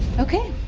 okay,